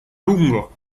lungo